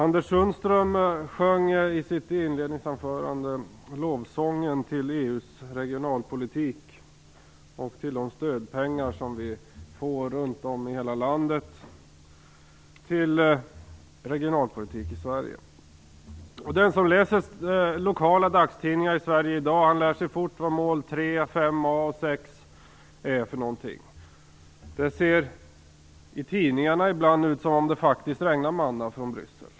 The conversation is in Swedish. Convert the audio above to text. Herr talman! I sitt inledningsanförande sjöng Anders Sundström en lovsång till EU:s regionalpolitik och till de stödpengar som man får runt om i hela landet för regionalpolitik i Sverige. Den som läser lokala dagstidningar i Sverige i dag lär sig fort vad mål 3, mål 5a och mål 6 är för någonting. I tidningarna ser det ibland ut som om det regnade manna från Bryssel.